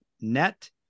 net